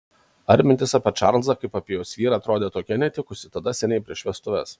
ar mintis apie čarlzą kaip apie jos vyrą atrodė tokia netikusi tada seniai prieš vestuves